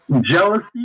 Jealousy